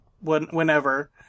whenever